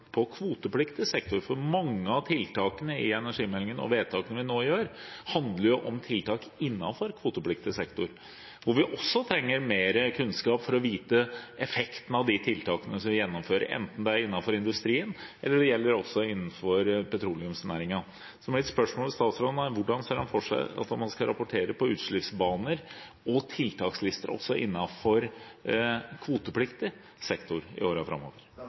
kvotepliktig sektor, for mange av tiltakene i energimeldingen og vedtakene vi nå fatter, handler om tiltak innenfor kvotepliktig sektor, hvor vi også trenger mer kunnskap for å vite effekten av de tiltakene vi gjennomfører – enten det er innenfor industrien eller det gjelder innenfor petroleumsnæringen. Mitt spørsmål til statsråden er: Hvordan ser han for seg at man skal rapportere på utslippsbaner og tiltakslister også innenfor kvotepliktig sektor i årene framover?